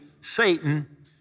Satan